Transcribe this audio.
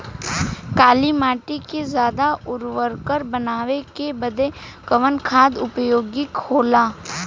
काली माटी के ज्यादा उर्वरक बनावे के बदे कवन खाद उपयोगी होला?